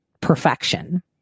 perfection